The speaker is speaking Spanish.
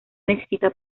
necesita